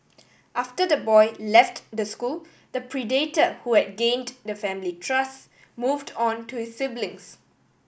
after the boy left the school the predator who had gained the family trust moved on to his siblings